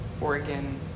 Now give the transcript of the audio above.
Oregon